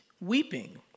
weeping